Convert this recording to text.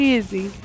Easy